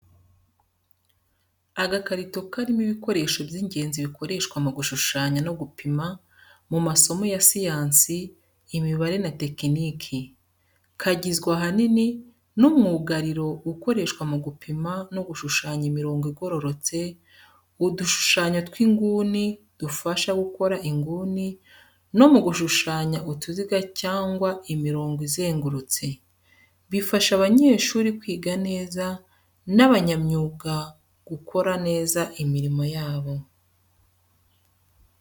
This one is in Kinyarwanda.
Agakarito karimo ibikoresho by’ingenzi bikoreshwa mu gushushanya no gupima mu masomo ya siyansi, imibare, na tekiniki. Kagizwe ahanini n’umwugariro ukoreshwa mu gupima no gushushanya imirongo igororotse, udushushanyo tw’inguni dufasha gukora inguni, no mu gushushanya utuziga cyangwa imirongo izengurutse. Bifasha abanyeshuri kwiga neza, n'abanyamyuga gukora neza imirimo yabo.